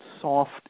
soft